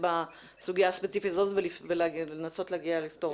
בסוגיה הספציפית הזאת ולנסות לפתור אותה.